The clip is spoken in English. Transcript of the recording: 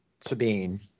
sabine